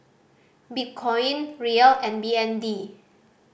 Bitcoin Riel and B N D